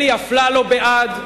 אלי אפללו, בעד,